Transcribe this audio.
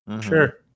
Sure